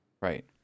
Right